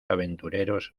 aventureros